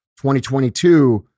2022